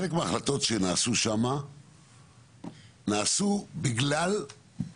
חלק מההחלטות שנעשו שם נעשו בטעות.